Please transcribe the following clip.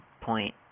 point